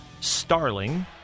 Starling